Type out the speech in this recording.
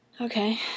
Okay